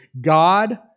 God